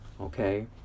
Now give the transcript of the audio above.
Okay